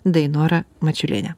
dainora mačiuliene